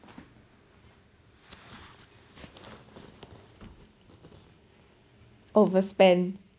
overspend